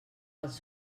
els